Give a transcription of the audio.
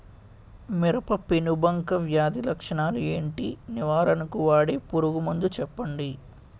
మిరప పెనుబంక వ్యాధి లక్షణాలు ఏంటి? నివారణకు వాడే పురుగు మందు చెప్పండీ?